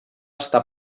estar